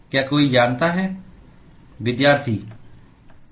क्या कोई जानता है